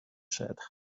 said